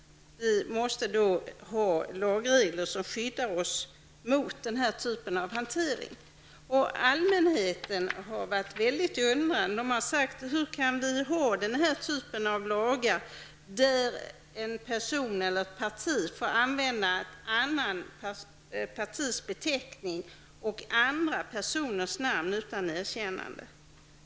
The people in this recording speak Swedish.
Vi måste ha lagregler som skyddar oss mot den typen av hantering. Allmänheten har varit väldigt undrande och frågat sig hur vi kan ha lagar som gör det möjligt för en person eller ett parti att använda ett annat partis beteckning och andra personers namn utan erkännande.